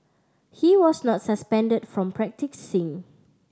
he was not suspended from practising